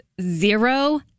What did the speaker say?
zero